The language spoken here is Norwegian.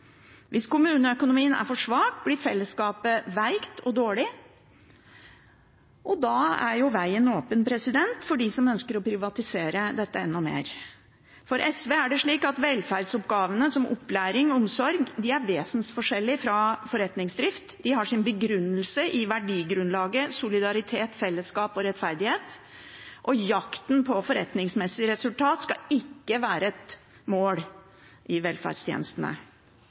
Hvis kommuneøkonomien er for svak, blir fellesskapet veikt og dårlig, og da er veien åpen for dem som ønsker å privatisere dette enda mer. For SV er det slik at velferdsoppgavene, som opplæring og omsorg, er vesensforskjellige fra forretningsdrift. De har sin begrunnelse i verdigrunnlaget, solidaritet, fellesskap og rettferdighet, og jakten på forretningsmessig resultat skal ikke være et mål i velferdstjenestene.